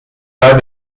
pas